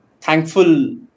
thankful